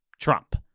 Trump